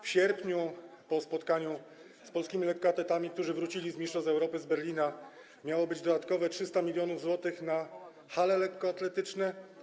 W sierpniu, po spotkaniu z polskimi lekkoatletami, którzy wrócili z mistrzostw Europy z Berlina, miało być dodatkowe 300 mln zł na hale lekkoatletyczne.